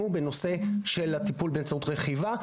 האחד טיפול בעזרת בעלי חיים שמחייב תואר אקדמי והשני רכיבה,